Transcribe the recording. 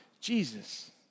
Jesus